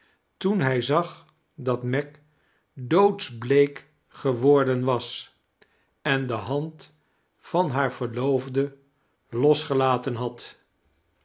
toen hij zag dat meg doodsbleek geworden was en de hand van haar verloofde losgelaten had